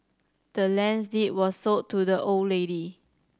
the land's deed was sold to the old lady